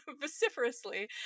vociferously